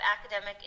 academic